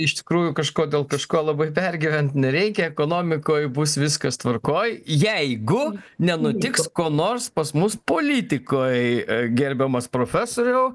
iš tikrųjų kažko dėl kažko labai pergyvent nereikia ekonomikoj bus viskas tvarkoj jeigu nenutiks ko nors pas mus politikoj gerbiamas profesoriau